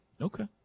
Okay